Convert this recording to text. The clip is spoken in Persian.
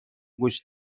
گوش